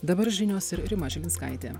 dabar žinios ir rima žilinskaitė